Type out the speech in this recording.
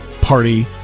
party